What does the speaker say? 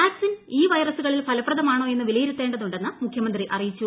vaccine ഈ വൈറസുകളിൽ ഫലപ്രദമാണോ എന്നും വിലയിരുത്തേണ്ടതുണ്ടെന്ന് മുഖ്യമന്ത്രി അറിയിച്ചു